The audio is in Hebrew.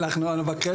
רק לאחרונה בכנסת,